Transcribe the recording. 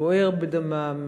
בוער בדמם.